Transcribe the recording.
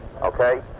Okay